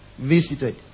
visited